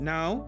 Now